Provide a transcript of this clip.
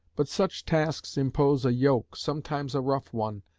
but such tasks impose a yoke, sometimes a rough one,